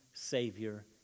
Savior